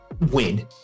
win